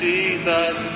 Jesus